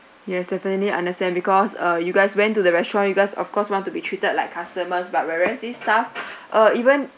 yes definitely understand because uh you guys went to the restaurant you guys of course you want to be treated like customers but whereas this staff uh even